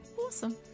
Awesome